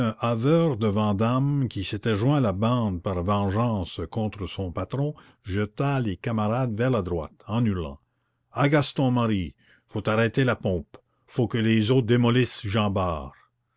haveur de vandame qui s'était joint à la bande par vengeance contre son patron jeta les camarades vers la droite en hurlant a gaston marie faut arrêter la pompe faut que les eaux démolissent jean bart